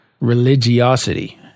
religiosity